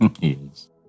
Yes